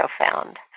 profound